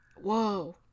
Whoa